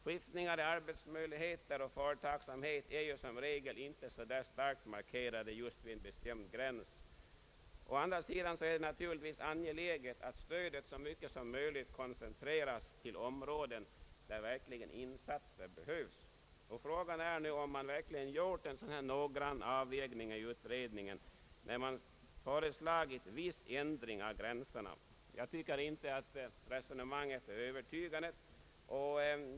Skiftningar i arbetsmöjligheter och företagsamhet är som regel inte så starkt markerade just vid en bestämd gräns. Å andra sidan är det naturligtvis angeläget att stödet så mycket som möjligt koncentreras till områden där insatser verkligen behövs. Frågan är nu om man verkligen har gjort en sådan noggrann avvägning i utredningen, när man har föreslagit viss ändring i gränserna. Jag tycker att resonemanget i betänkandet inte verkar särskilt övertygande.